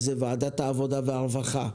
אז זה ועדת העבודה והרווחה.